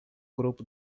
grupo